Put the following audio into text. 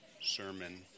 sermon